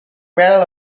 battle